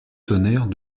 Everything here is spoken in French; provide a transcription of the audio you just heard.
tonnerre